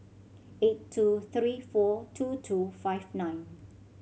eight two three four two two five nine